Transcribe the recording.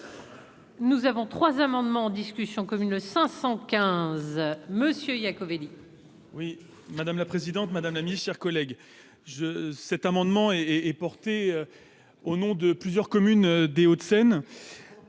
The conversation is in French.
Nous avons trois amendements en discussion commune 515 monsieur Iacovelli. Oui, madame la présidente, madame amis chers collègues je cet amendement et est porté au nom de plusieurs communes des Hauts-de-Seine